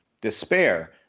despair